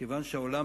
כיוון שהעולם